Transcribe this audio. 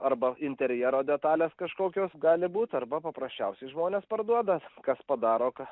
arba interjero detalės kažkokios gali būt arba paprasčiausiai žmonės parduoda kas padaro ką